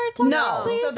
No